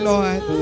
Lord